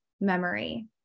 memory